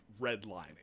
redlining